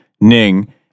Ning